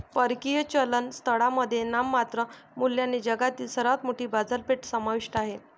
परकीय चलन स्थळांमध्ये नाममात्र मूल्याने जगातील सर्वात मोठी बाजारपेठ समाविष्ट आहे